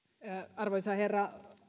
arvoisa herra